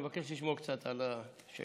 אני מבקש לשמור קצת על השקט.